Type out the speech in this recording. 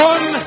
One